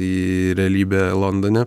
į realybę londone